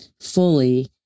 fully